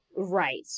Right